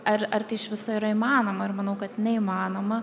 ar ar tai iš viso yra įmanoma ir manau kad neįmanoma